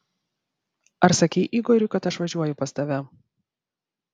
ar sakei igoriui kad aš važiuoju pas tave